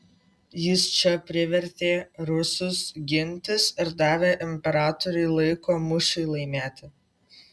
jis čia privertė rusus gintis ir davė imperatoriui laiko mūšiui laimėti